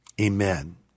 Amen